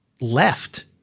left